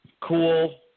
cool